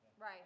Right